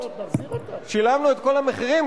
שילמנו את כל המחירים,